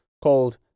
called